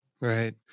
Right